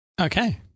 Okay